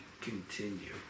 continue